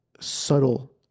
subtle